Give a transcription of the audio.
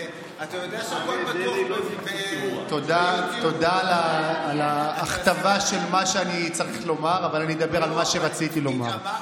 אתם משתפים פעולה עם חבורה שרוצה להשתלט